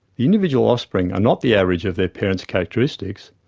the individual offspring are not the average of their parent's characteristics.